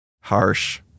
Harsh